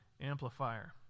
amplifier